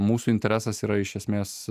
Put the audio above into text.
mūsų interesas yra iš esmės